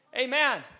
Amen